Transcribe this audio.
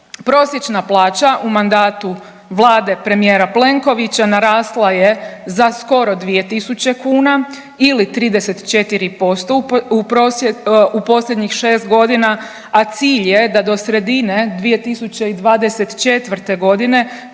Prosječna plaća u mandatu vlade premijera Plenkovića narasla je za skoro 2.000 kuna ili 34% u posljednjih šest godina, a cilj je da do sredine 2024.g.